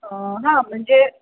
हां म्हणजे